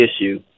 issue